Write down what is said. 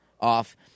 off